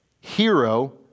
hero